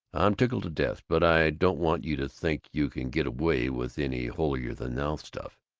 i'm tickled to death! but i don't want you to think you can get away with any holier-than-thou stuff.